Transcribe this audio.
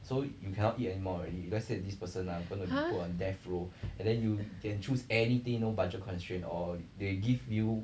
!huh!